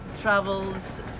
travels